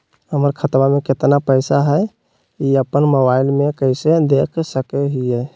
हमर खाता में केतना पैसा हई, ई अपन मोबाईल में कैसे देख सके हियई?